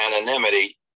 anonymity